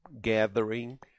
gathering